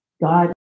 God